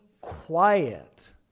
quiet